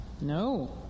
No